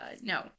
no